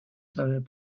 savait